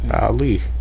Ali